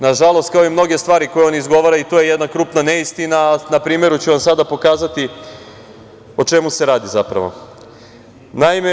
Nažalost, kao i mnoge stvari koje on izgovara, i to je jedna krupna neistina, a na primeru ću vam sada pokazati o čemu se zapravo radi.